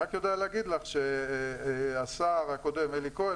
אני רק יודע להגיד לך שהשר הקודם אלי כהן